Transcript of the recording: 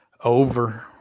Over